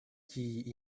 qui